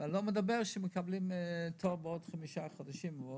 ואני לא מדבר על כך שמקבלים תור בעוד חמישה חודשים.